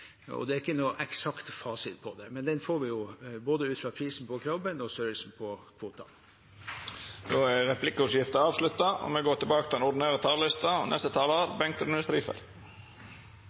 og det er ikke noen eksakt fasit på det, men den får vi ut fra både prisen på krabben og størrelsen på kvotene. Replikkordskiftet er avslutta.